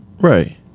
Right